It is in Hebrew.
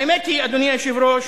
האמת היא, אדוני היושב-ראש,